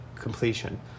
completion